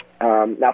Now